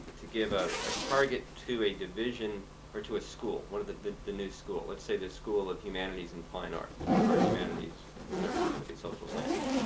to give a ah target to a division or to a school, one of the the new school. let's say the school of humanities and fine arts or humanities whatever it's going to be social sciences.